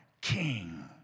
king